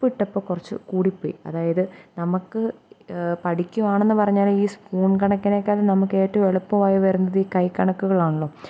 ഉപ്പിട്ടപ്പം കുറച്ച് കൂടിപ്പോയി അതായത് നമുക്ക് പഠിക്കുവാണെന്നു പറഞ്ഞാലും ഈ സ്പൂൺ കണക്കിനെക്കാളും നമുക്ക് ഏറ്റവും എളുപ്പമായി വരുന്നത് ഈ കൈ കണക്കുകളാണല്ലോ അപ്പം